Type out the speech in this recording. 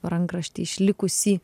rankraštį išlikusį